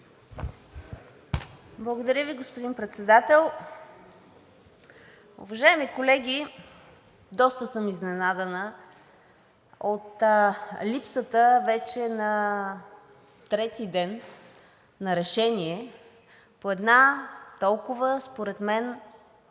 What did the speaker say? Благодаря Ви, господин Председател. Уважаеми колеги, доста съм изненадана от липсата вече трети ден на решение по една толкова според мен